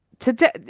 Today